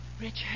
Richard